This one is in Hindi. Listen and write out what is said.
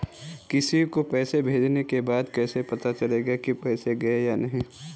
किसी को पैसे भेजने के बाद कैसे पता चलेगा कि पैसे गए या नहीं?